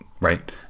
Right